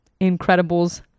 Incredibles